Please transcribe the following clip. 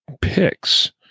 picks